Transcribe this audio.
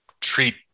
treat